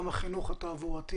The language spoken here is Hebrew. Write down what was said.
גם החינוך התעבורתי,